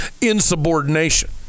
insubordination